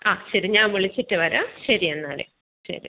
ആ ശരി ഞാൻ വിളിച്ചിട്ട് വരാം ശരി എന്നാൽ ശരി